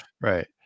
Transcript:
Right